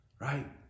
right